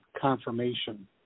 confirmation